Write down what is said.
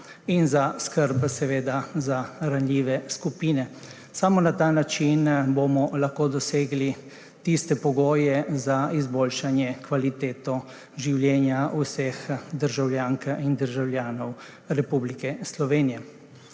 in za skrb za ranljive skupine. Samo na ta način bomo lahko dosegli tiste pogoje za izboljšanje kvalitete življenja vseh državljank in državljanov Republike Slovenije.